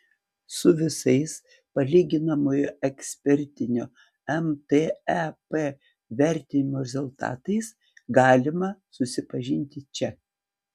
su visais palyginamojo ekspertinio mtep vertinimo rezultatais galima susipažinti čia